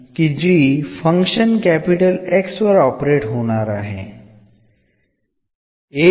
എന്നാണെങ്കിൽ ഈ റിസൽട്ട് എന്താണ് നിർദ്ദേശിക്കുന്നത്